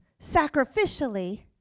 sacrificially